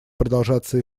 продолжаться